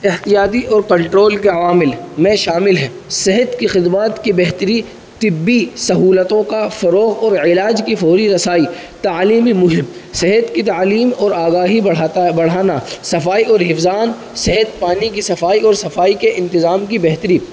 احتیادی اور کنٹرول کے عوامل میں شامل ہیں صحت کی خدمات کی بہتری طبی سہولتوں کا فروغ اور علاج کی فوری رسائی تعلیمی مہم صحت کی تعلیم اور آگاہی بڑھاتا ہے بڑھانا صفائی اور حفظان صحت پانے کی صفائی اور صفائی کے انتظام کی بہتری